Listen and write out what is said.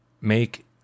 make